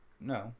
no